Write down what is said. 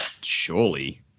surely